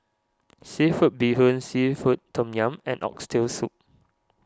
Seafood Bee Hoon Seafood Tom Yum and Oxtail Soup